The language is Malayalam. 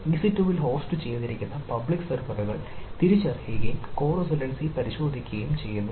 ഇസി 2 ൽ ഹോസ്റ്റുചെയ്തിരിക്കുന്ന പബ്ലിക് സെർവറുകൾ തിരിച്ചറിയുകയും കോ റെസിഡൻസി പരിശോധിക്കുകയും ചെയ്യുക